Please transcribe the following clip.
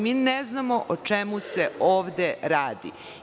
Mi ne znamo o čemu se ovde radi.